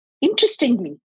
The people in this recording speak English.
Interestingly